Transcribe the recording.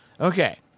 Okay